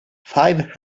five